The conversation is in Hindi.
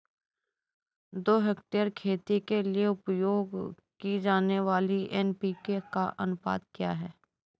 दो हेक्टेयर खेती के लिए उपयोग की जाने वाली एन.पी.के का अनुपात क्या है?